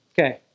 Okay